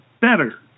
better